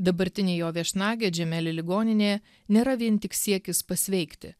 dabartinė jo viešnagė džemeli ligoninėje nėra vien tik siekis pasveikti